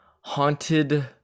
haunted